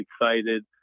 excited